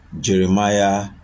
Jeremiah